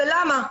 ולמה?